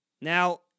Now